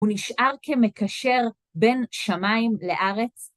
הוא נשאר כמקשר בין שמיים לארץ.